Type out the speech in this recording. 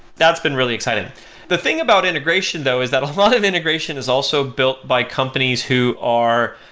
that's been really exciting the thing about integration though is that a lot of integration is also built by companies who are,